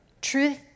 Truth